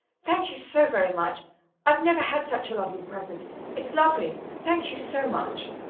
thank you so very much i've never had such a lovely present it's lovely thank you so much.